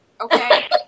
Okay